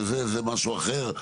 זה משהו אחר,